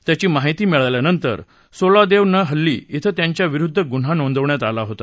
त्याची माहिती मिळाल्यानंतर सोलादेवन्नहल्ली इथं त्यांच्या विरुद्ध गुन्हा नोंदवण्यात आला होता